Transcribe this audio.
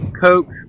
Coke